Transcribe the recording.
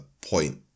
point